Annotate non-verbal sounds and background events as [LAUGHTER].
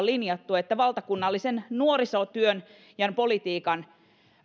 [UNINTELLIGIBLE] linjattu että valtakunnallisen nuorisotyön ja politiikan